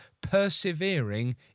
persevering